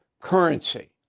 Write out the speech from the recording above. currency